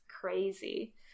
crazy